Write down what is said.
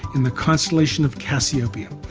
in the constellation of cassiopeia.